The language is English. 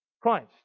Christ